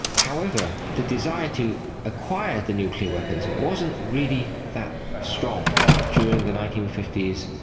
however, the desire to acquire the nuclear weapons wasn't really that strong during the nineteen fifty s,